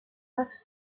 passe